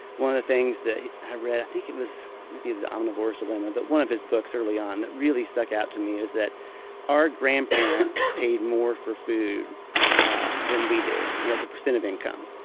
one of the things i read i think it was maybe the omnivore's dilemma, but one of his books early on that really stuck out to me, is that our grandparents paid more for food than we do, yeah as a percent of income.